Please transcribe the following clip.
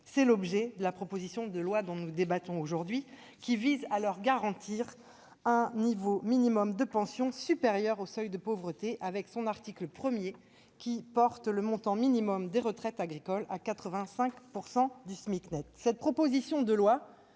est l'objet de la proposition de loi dont nous débattons aujourd'hui qui vise à leur garantir un niveau minimum de pension supérieur au seuil de pauvreté. Ainsi, son article 1 porte le montant minimum des retraites agricoles à 85 % du SMIC net. Cette proposition de loi,